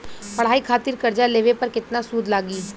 पढ़ाई खातिर कर्जा लेवे पर केतना सूद लागी?